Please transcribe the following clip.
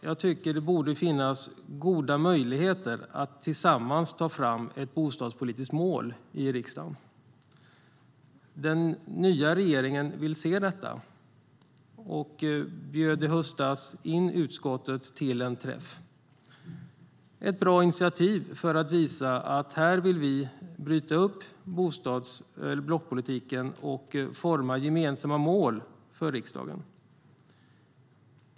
Jag tycker att det borde finnas goda möjligheter att tillsammans ta fram ett bostadspolitiskt mål i riksdagen. Den nya regeringen vill se detta och bjöd i höstas in utskottet till en träff. Det var ett bra initiativ för att visa att här vill vi bryta upp blockpolitiken och forma gemensamma mål för riksdagen.